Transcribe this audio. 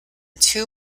two